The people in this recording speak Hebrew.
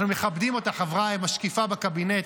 אנחנו מכבדים אותה, חברה משקיפה בקבינט,